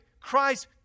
Christ